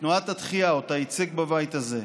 בתנועת התחיה, שאותה ייצג בבית הזה,